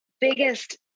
biggest